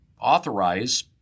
authorize